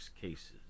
cases